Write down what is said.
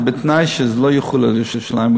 זה בתנאי שזה לא יחול על ירושלים.